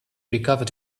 recovered